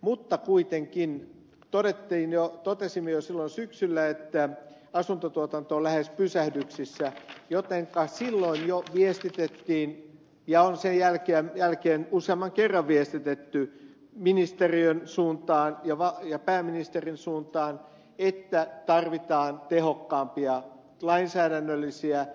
mutta kuitenkin totesimme jo silloin syksyllä että asuntotuotanto on lähes pysähdyksissä jotenka silloin jo viestitettiin ja on sen jälkeen usean kerran viestitetty ministeriön suuntaan ja pääministerin suuntaan että tarvitaan tehokkaampia lainsäädännöllisiä